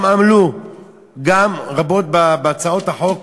הם עמלו רבות בהצעות החוק